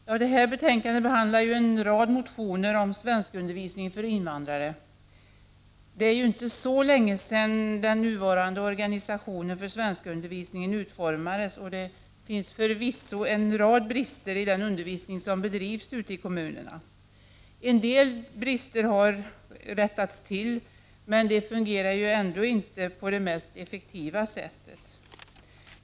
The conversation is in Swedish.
Herr talman! Detta betänkande behandlar en rad motioner om svenskundervisningen för invandrare. Det är inte så länge sedan den nuvarande organisationen för svenskundervisningen utformades, och det finns förvisso en rad brister i den undervisning som bedrivs i kommunerna. En del brister har rättats till, men det fungerar inte på det mest effektiva sättet.